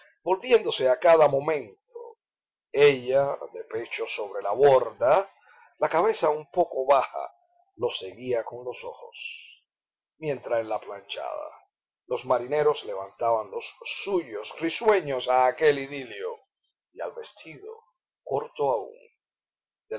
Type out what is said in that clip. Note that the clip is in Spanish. volviéndose a cada momento ella de pecho sobre la borda la cabeza un poco baja lo seguía con los ojos mientras en la planchada los marineros levantaban los suyos risueños a aquel idilio y al vestido corto